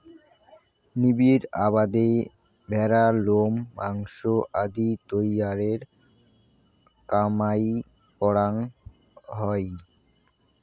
নিবিড় আবাদে ভ্যাড়ার লোম, মাংস আদি তৈয়ারের কামাই করাং হই